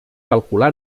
calcular